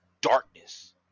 darkness